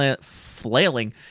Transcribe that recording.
flailing